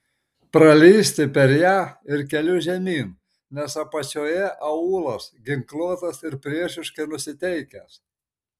pralįsti per ją ir keliu žemyn nes apačioje aūlas ginkluotas ir priešiškai nusiteikęs